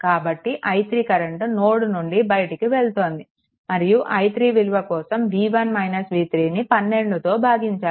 కాబట్టి i3 current node నుండి బయటికి వెళ్తోంది మరియు i3 విలువ కొరకు v1 v3ని 12తో భాగించాలి